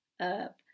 up